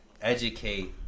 Educate